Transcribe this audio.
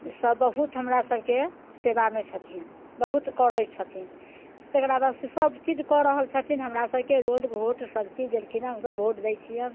सब बहुत हमरा सबके सेवामे छथिन बहुत करै छथिन तकरा बादसँ सबचीज कऽ रहल छथिन हमरा सबके रोड वोट सबचीज देलखिन हमसब वोट दै छियनि